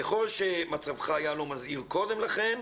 ככל שמצבך היה לא מזהיר קודם לכן,